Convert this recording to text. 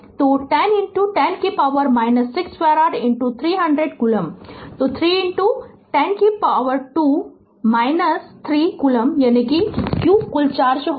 तो 10 10 की power - 6 farad 300 coulomb तो 3 10 2 पॉवर 3 कूलम्ब यानी q कुल चार्ज होगा